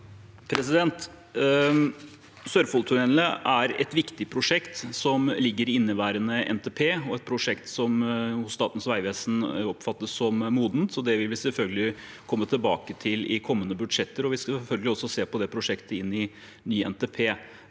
Sørfoldtunne- lene er et viktig prosjekt som ligger i inneværende NTP, og et prosjekt som hos Statens vegvesen oppfattes som modent, så det vil vi selvfølgelig komme tilbake til i kommende budsjetter. Vi skal selvfølgelig også se på det prosjektet i ny NTP.